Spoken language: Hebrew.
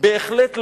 בהחלט לא.